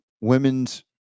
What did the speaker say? women's